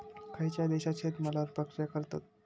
खयच्या देशात शेतमालावर प्रक्रिया करतत?